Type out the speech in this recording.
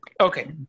Okay